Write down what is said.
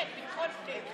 כן, ביטחון הפנים.